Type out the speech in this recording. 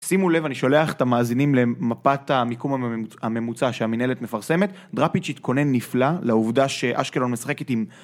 שימו לב אני שולח את המאזינים למפת המיקום הממוצע שהמנהלת מפרסמת דראפיג'ית קונה נפלא לעובדה שאשקלון משחק איתי עם...